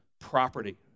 property